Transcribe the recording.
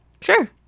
Sure